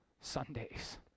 Sundays